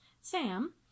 Sam